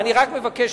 אני רק מבקש,